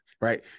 Right